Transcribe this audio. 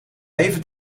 even